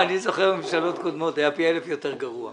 אני זוכר ממשלות קודמות, אז היה פי אלף יותר גרוע.